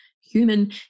human